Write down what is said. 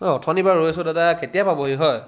অই অথনিৰপৰা ৰৈ আছো দাদা কেতিয়া পাবহি হয়